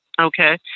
Okay